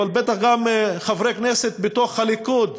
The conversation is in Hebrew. אבל בטח גם חברי כנסת בתוך הליכוד,